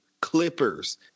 Clippers